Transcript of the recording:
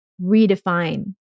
redefine